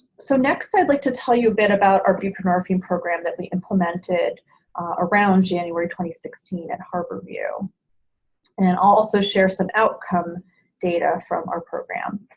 so next i'd like to tell you a bit about our buprenorphine program that we implemented around january two sixteen at harborview and also share some outcome data from our program.